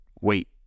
wait